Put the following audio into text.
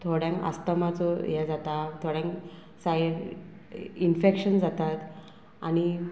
थोड्यांक आस्तमाचो हें जाता थोड्यांक सायड इनफेक्शन जातात आनी